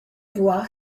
voir